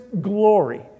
glory